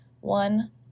One